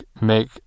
make